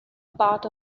part